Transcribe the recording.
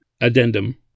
Addendum